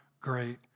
great